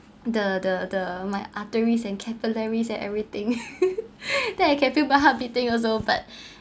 the the the my arteries and capillaries and everything then I can feel my heart beating also but